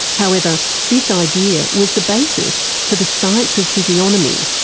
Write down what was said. however, this idea was the basis for the science of physiognomy,